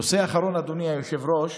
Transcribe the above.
נושא אחרון, אדוני היושב-ראש.